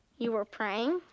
you were praying?